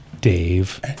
Dave